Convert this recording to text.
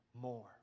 more